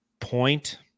Point